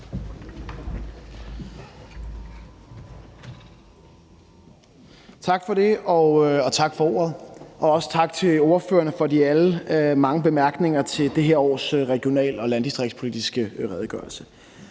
Tak for det, og tak for ordet. Også tak til ordførerne for alle de mange bemærkninger til det her års regional- og landdistriktspolitiske redegørelse.